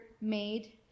made